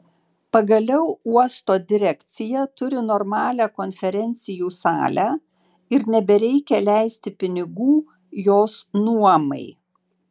pagaliau uosto direkcija turi normalią konferencijų salę ir nebereikia leisti pinigų jos nuomai